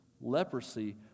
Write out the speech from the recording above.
leprosy